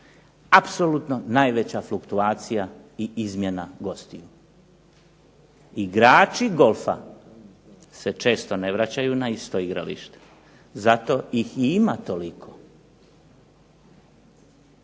apsolutno najveća fluktuacija i izmjena gostiju. Igrači golfa se često ne vraćaju na isto igralište zato ih i ima toliko.